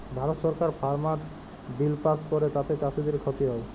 ভারত সরকার farmers bill pass ক্যরে তাতে চাষীদের খ্তি হ্যয়